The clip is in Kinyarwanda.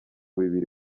bibiri